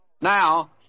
Now